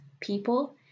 people